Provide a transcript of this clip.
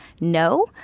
no